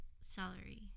celery